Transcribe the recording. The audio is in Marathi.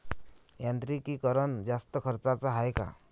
यांत्रिकीकरण जास्त खर्चाचं हाये का?